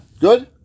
Good